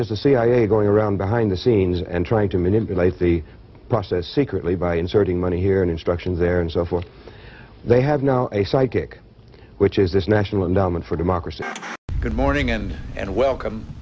cia going around behind the scenes and trying to manipulate the process secretly by inserting money here and instructions there and so forth they have now a psychic which is this national endowment for democracy good morning and and welcome